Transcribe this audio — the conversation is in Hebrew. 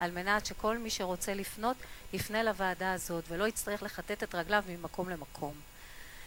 על מנת שכל מי שרוצה לפנות יפנה לוועדה הזאת ולא יצטרך לכתת את רגליו ממקום למקום